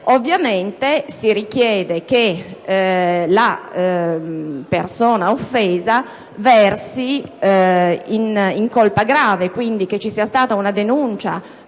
Ovviamente si richiede che la persona offesa versi in colpa grave, quindi che vi sia stata una denuncia